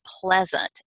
pleasant